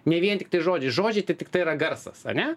ne vien tiktai žodžiai žodžiai tai tiktai yra garsas ane